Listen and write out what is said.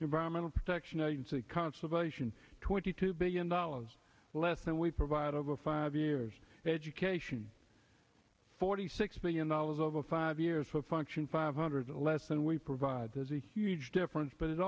environmental protection agency conservation twenty two billion dollars less than we provide over five years education forty six billion dollars over five years for function five hundred less than we provide there's a huge difference but it